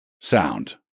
sound